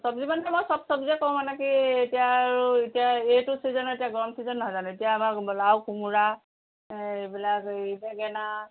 চব্জি মানে মই সব চব্জিয়ে কৰোঁ মানে কি এতিয়া আৰু এতিয়া এইটো চিজন এতিয়া গৰম চিজন নহয় জানোঁ এতিয়া আমাৰ লাও কোমোৰা এইবিলাক এই বেঙেনা